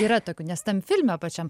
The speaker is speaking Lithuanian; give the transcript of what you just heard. yra tokių nes tam filme pačiam